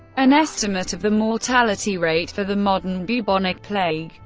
an estimate of the mortality rate for the modern bubonic plague,